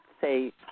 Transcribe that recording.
say